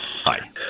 Hi